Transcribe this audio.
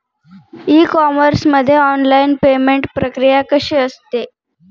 E commerce मध्ये online payment प्रक्रिया कशी असते?